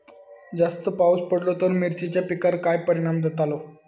जास्त पाऊस पडलो तर मिरचीच्या पिकार काय परणाम जतालो?